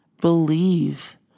believe